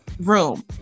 room